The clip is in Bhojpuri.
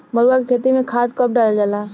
मरुआ के खेती में खाद कब डालल जाला?